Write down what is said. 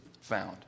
found